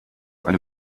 eine